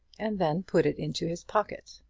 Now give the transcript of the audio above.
and then put it into his pocket.